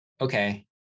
okay